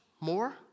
more